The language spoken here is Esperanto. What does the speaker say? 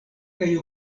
kaj